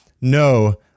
no